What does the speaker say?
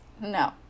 No